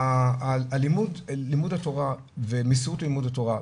לימוד התורה ומסירות לימוד התורה,